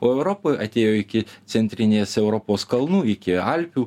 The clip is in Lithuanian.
o europoj atėjo iki centrinės europos kalnų iki alpių